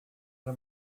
era